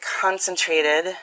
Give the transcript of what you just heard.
concentrated